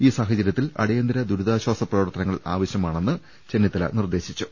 ഈ സാഹ ചരൃത്തിൽ അടിയന്തിര ദുരിതാശ്വാസ പ്രവർത്തനങ്ങൾ ആവ ശ്യമാണെന്ന് ചെന്നിത്തല നിർദ്ദേശിച്ചു